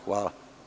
Hvala.